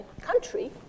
country